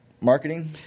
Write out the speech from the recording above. marketing